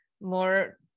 more